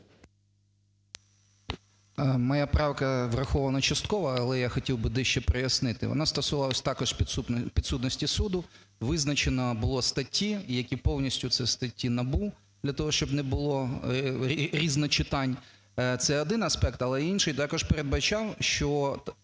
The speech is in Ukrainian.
Моя правка врахована частково, але я хотів би дещо прояснити. Вона стосувалась також підсудності суду, визначено було статті, які повністю це статті НАБУ, для того, щоб не було різночитань. Це один аспект. Але інший також передбачав, що